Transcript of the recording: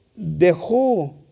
dejó